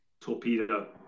Torpedo